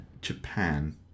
japan